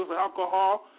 alcohol